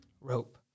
Rope